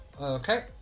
Okay